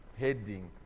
Heading